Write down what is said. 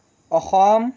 Assam